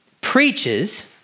preaches